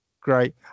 Great